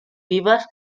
vives